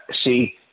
See